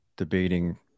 debating